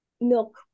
milk